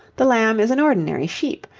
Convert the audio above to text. the lamb is an ordinary sheep,